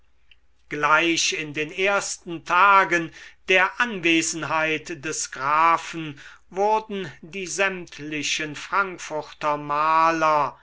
gleich in den ersten tagen der anwesenheit des grafen wurden die sämtlichen frankfurter maler